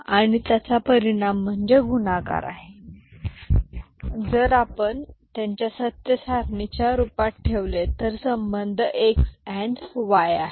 आणि त्याचा परिणाम म्हणजे गुणाकार आहे जर आपण त्यांना सत्य सारणीच्या रूपात ठेवले तर संबंध x अँड y आहे